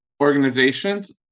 organizations